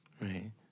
Right